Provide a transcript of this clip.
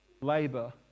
labour